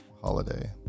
holiday